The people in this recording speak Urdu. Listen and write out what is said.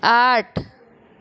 آٹھ